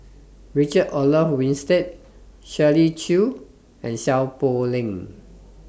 Richard Olaf Winstedt Shirley Chew and Seow Poh Leng